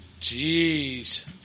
Jeez